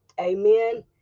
Amen